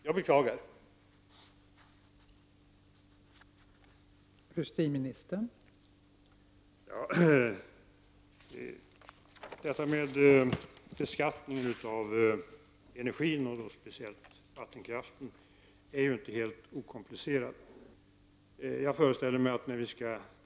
Jag beklagar det.